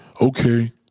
Okay